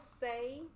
say